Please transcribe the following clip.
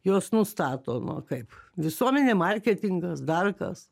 juos nustato nu o kaip visuomenė marketingas dar kas